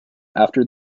after